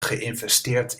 geïnvesteerd